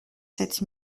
sept